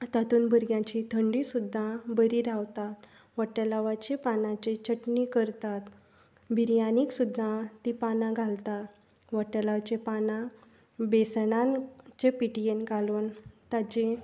तातूंत भुरग्यांची थंडी सुद्दां बरी रावता वट्टेलांवाच्या पानांची चटणी करतात बिर्यानीक सुद्दां तीं पानां घालतात वट्टेलांवाचीं पानां बेसनाच्या पिट्यांत गालून ताचीं